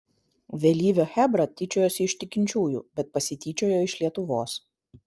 vėlyvio chebra tyčiojosi iš tikinčiųjų bet pasityčiojo iš lietuvos